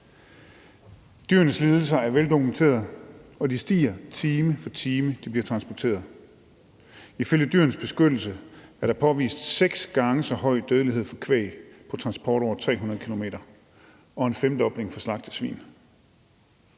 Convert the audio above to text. Dyrenes lidelser er veldokumenterede, og de stiger, time for time de bliver transporteret. Ifølge Dyrenes Beskyttelse er der påvist seks gange så høj dødelighed for kvæg på transporter på over 300 km og en femdobling for slagtesvin.